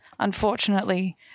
unfortunately